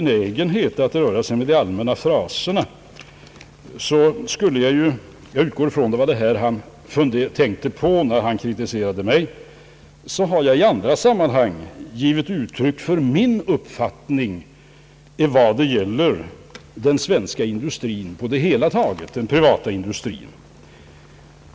nägenhet att röra sig med de allmänna fraserna så har jag — jag utgår ifrån att det var detta han tänkte på när han kritiserade mig — i andra sammanhang givit uttryck för min uppfattning i vad det gäller den svenska privata industrin på det hela taget.